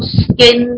skin